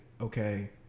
okay